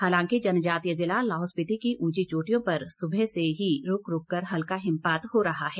हालांकि जनजातीय जिला लाहौल स्पीति की उंची चोटियों पर सुबह से ही रूक रूक कर हल्का हिमपात हो रहा है